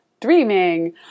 dreaming